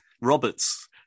Roberts